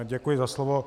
Děkuji za slovo.